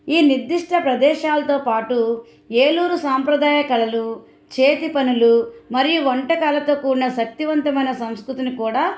ఈ నిర్దిష్ట ప్రదేశాలతో పాటు ఏలూరు సాంప్రదాయ కళలు చేతి పనులు మరియు వంటకాలతో కూడిన శక్తివంతమైన సంస్కృతిని కూడా